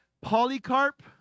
polycarp